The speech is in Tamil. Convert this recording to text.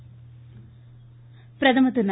பிரதமர் பிரதமர் திரு